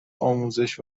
آموزش